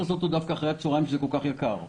דווקא אחרי הצוהריים כשזה כל כך יקר.